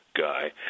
guy